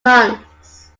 months